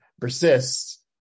persists